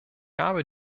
habe